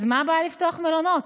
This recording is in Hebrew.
אז מה הבעיה לפתוח מלונות?